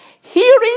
Hearing